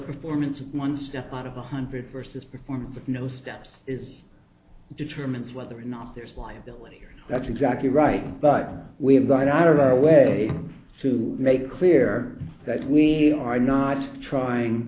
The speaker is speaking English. performance is one step on a one hundred versus performance with no steps is determines whether or not there's liability that's exactly right but we have gone out of our way to make it clear that we are not trying